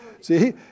See